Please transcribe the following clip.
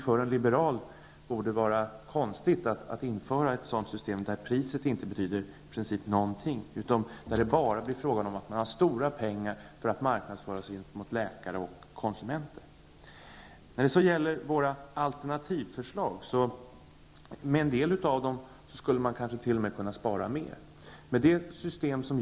För en liberal borde det vara konstigt att införa ett system där priset i princip inte betyder någonting utan där det bara blir fråga om att man har stora pengar för att marknadsföra sig gentemot läkare och konsumenter. Med en del av våra alternativförslag skulle man kanske t.o.m. kunna spara mera pengar.